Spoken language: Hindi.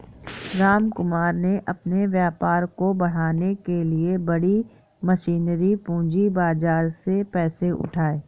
रामकुमार ने अपने व्यापार को बढ़ाने के लिए बड़ी मशीनरी पूंजी बाजार से पैसे उठाए